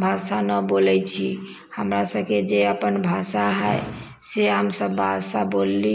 भाषा न बोलै छी हमरासभके जे अपन भाषा हइ से हमसभ भाषा बोलली